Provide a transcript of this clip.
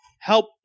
help